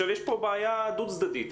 יש פה בעיה דו צדדית.